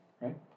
right